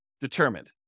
determined